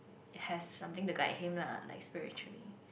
has something to guide him lah like spiritually